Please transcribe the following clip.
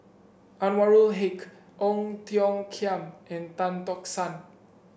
Anwarul Haque Ong Tiong Khiam and Tan Tock San